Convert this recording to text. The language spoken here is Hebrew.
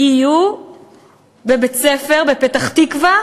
יהיו בבית-ספר בפתח-תקווה,